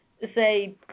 say